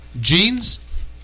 jeans